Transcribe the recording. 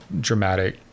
dramatic